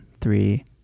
three